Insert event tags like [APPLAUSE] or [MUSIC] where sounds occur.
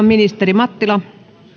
[UNINTELLIGIBLE] ministeri mattila